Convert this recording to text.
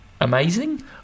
Amazing